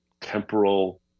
temporal